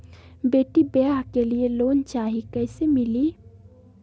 बेटी ब्याह के लिए लोन चाही, कैसे मिली?